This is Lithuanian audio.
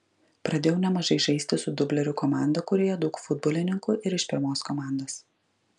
pradėjau nemažai žaisti su dublerių komanda kurioje daug futbolininkų ir iš pirmos komandos